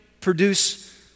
produce